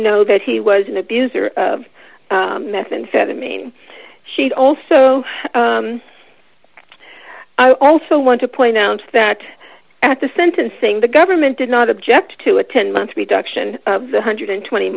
know that he was an abuser of methamphetamine she also i also want to point out that at the sentencing the government did not object to a ten month reduction one hundred and twenty